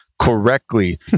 correctly